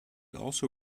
also